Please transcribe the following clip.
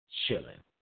chilling